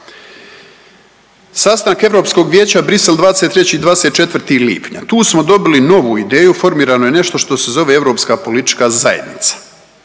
Sastanak Europskog vijeća Bruxelles 23. i 24. lipnja. Tu smo dobili novu ideju formirano je nešto što se zove Europska politička zajednica.